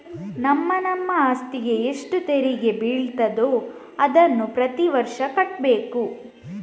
ನಮ್ಮ ನಮ್ಮ ಅಸ್ತಿಗೆ ಎಷ್ಟು ತೆರಿಗೆ ಬೀಳ್ತದೋ ಅದನ್ನ ಪ್ರತೀ ವರ್ಷ ಕಟ್ಬೇಕು